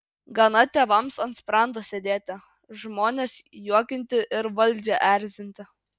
gana tėvams ant sprando sėdėti žmones juokinti ir valdžią erzinti